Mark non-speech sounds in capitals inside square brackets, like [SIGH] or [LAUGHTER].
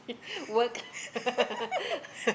[LAUGHS]